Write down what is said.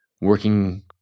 working